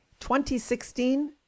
2016